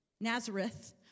Nazareth